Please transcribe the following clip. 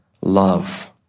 love